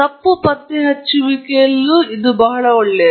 ತಪ್ಪು ಪತ್ತೆಹಚ್ಚುವಿಕೆಯಲ್ಲೂ ಇದು ಬಹಳ ಒಳ್ಳೆಯದು